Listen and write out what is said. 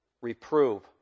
Reprove